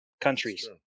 countries